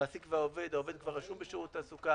המעסיק והעובד, העובד כבר רשום בשירות התעסוקה.